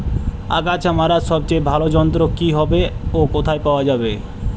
আগাছা মারার সবচেয়ে ভালো যন্ত্র কি হবে ও কোথায় পাওয়া যাবে?